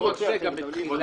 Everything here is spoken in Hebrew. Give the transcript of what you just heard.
גם את תחילת